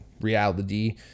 reality